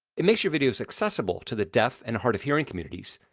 it makes your videos accessible to the deaf and hard of hearing communities.